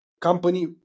company